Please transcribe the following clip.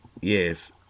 yes